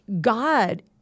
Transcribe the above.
God